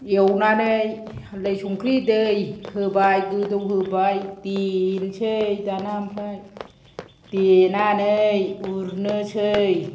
एवनानै हालदै संख्रि दै होबाय गोदौ होबाय देनोसै दाना आमफ्राय देनानै उरनोसै